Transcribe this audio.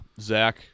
Zach